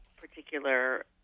particular